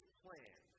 plan